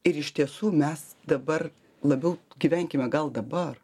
ir iš tiesų mes dabar labiau gyvenkime gal dabar